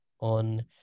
on